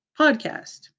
podcast